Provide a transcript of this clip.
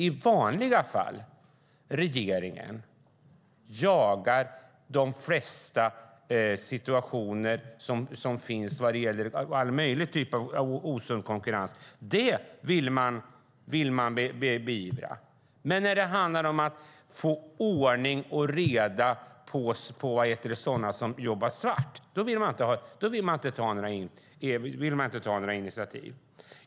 I vanliga fall jagar regeringen de flesta situationer som finns vad gäller all möjlig typ av osund konkurrens - det vill man beivra. Men när det handlar om att få ordning och reda på sådana som jobbar svart, då vill man inte ta några initiativ.